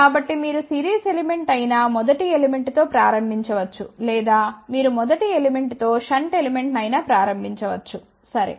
కాబట్టి మీరు series element అయిన మొదటి ఎలిమెంట్తో ప్రారంభించవచ్చు లేదా మీరు మొదటి ఎలిమెంట్తో షంట్ ఎలిమెంట్గా అయిన ప్రారంభించవచ్చు సరే